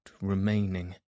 remaining